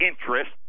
interest